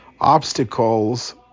obstacles